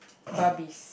Barbish